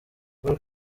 paul